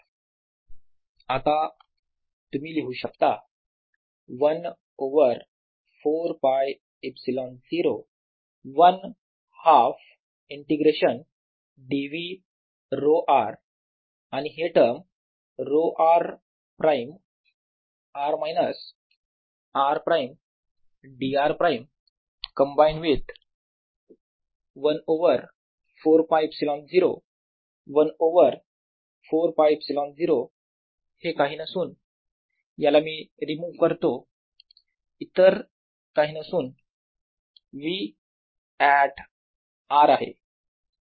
E14π012∬rρr।r r।dVdV आता तुम्ही लिहू शकता 1 over 4 π ε0 1 half integration d v ρ r आणि हे term ρ r prime r minus r prime d r prime d v prime combine with 1 over 4 π ε0 हे काही नसून याला मी रिमूव्ह करतो हे इतर काही नसून V ऍट r आहे